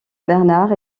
bernard